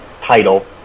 title